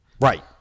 Right